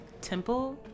temple